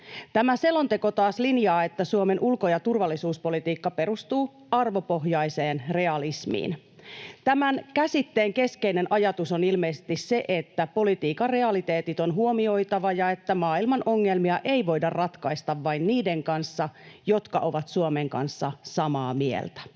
Tämä selonteko taas linjaa, että Suomen ulko- ja turvallisuuspolitiikka perustuu arvopohjaiseen realismiin. Tämän käsitteen keskeinen ajatus on ilmeisesti se, että politiikan realiteetit on huomioitava ja että maailman ongelmia ei voida ratkaista vain niiden kanssa, jotka ovat Suomen kanssa samaa mieltä.